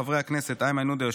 חברי הכנסת איימן עודה,